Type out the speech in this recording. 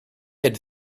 had